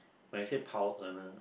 when I say power earner